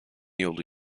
yolu